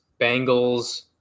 Bengals